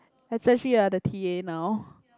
especially you are the t_a now